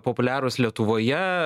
populiarūs lietuvoje